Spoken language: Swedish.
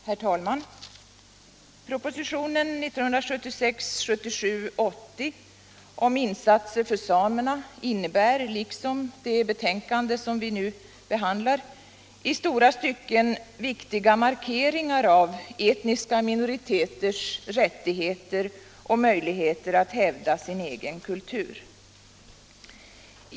Herr talman! Propositionen 1976/77:80 om insatser för samerna innebär liksom det betänkande vi nu behandlar i stora stycken viktiga markeringar av etniska minoriteters rättigheter och möjligheter att hävda sin egen kultur.